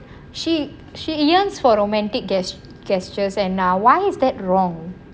she she yarns for romantic gest gestures and err why is that wrong